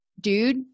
dude